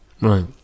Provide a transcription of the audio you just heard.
Right